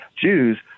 Jews